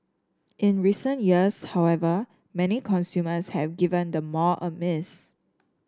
in recent years however many consumers have given the mall a miss